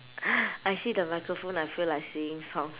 I see the microphone I feel like singing song